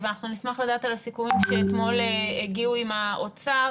ואנחנו נשמח לדעת על הסיכומים שאתמול הגיעו לאוצר,